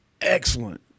excellent